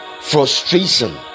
frustration